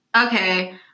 Okay